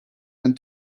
and